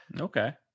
okay